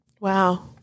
Wow